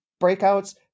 breakouts